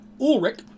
Ulrich